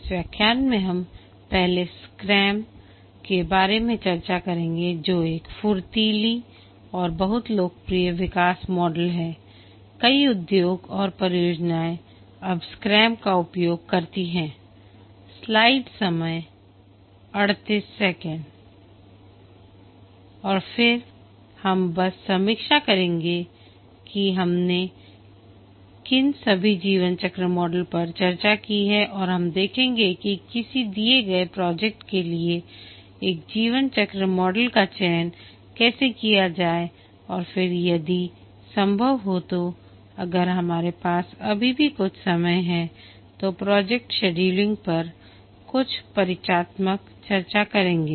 इस व्याख्यान में हम पहले स्क्रैम के बारे में चर्चा करेंगे जो एक फुर्तीली और बहुत लोकप्रिय विकास मॉडल है कई उद्योग और परियोजनाएं अब स्क्रैम का उपयोग करती हैं और फिर हम बस समीक्षा करेंगे कि हमने किन सभी जीवनचक्र मॉडल पर चर्चा की है और हम देखेंगे कि किसी दिए गए प्रोजेक्ट के लिए एक जीवनचक्र मॉडल का चयन कैसे किया जाए और फिर यदि संभव हो तो अगर हमारे पास अभी भी कुछ समय है तो प्रोजेक्ट शेड्यूलिंग पर कुछ परिचयात्मक चर्चा करेंगे